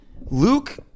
Luke